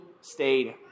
stayed